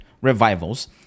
revivals